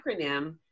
acronym